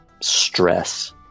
stress